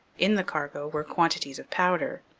in the cargo were quantities of powder.